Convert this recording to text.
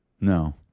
No